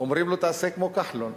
אומרים לו: תעשה כמו כחלון.